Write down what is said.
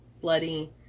bloody